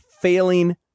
failing